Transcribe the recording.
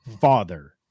father